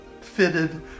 fitted